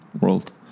world